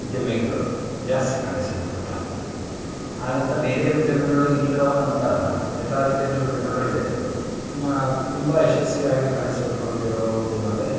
ಉದ್ಯಮಿಗಳು ಜಾಸ್ತಿ ಕಾಣಿಸಿಕೊಳ್ಳುತ್ತಾರೆ ಹಾಗಂತ ಬೇರೆ ಉದ್ಯಮಗಳು ಇಲ್ಲವೇ ಅಂತ ಅಲ್ಲ ಎಲ್ಲ ರೀತಿಯಲ್ಲಿ ಉದ್ಯಮಗಳು ಇದೆ ನಮ್ಮ ತುಂಬ ಯಶಸ್ವಿಯಾಗಿ ಕಾಣಿಸಿಕೊಂಡಿರುವ ಉದ್ಯಮ ಅಂದರೆ